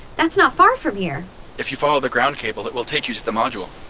that's not far from here if you follow the ground cable, it will take you to the module.